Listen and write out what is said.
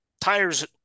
tires